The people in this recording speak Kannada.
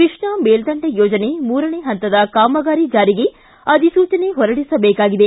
ಕೃಷ್ಣಾ ಮೇಲ್ಲಂಡೆ ಯೋಜನೆ ಮೂರನೇ ಹಂತದ ಕಾಮಗಾರಿ ಜಾರಿಗೆ ಅಧಿಸೂಚನೆ ಹೊರಡಿಸಬೇಕಾಗಿದೆ